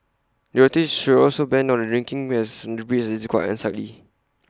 the authorities should also ban drinking the bridge as it's quite unsightly